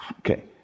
Okay